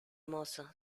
mozo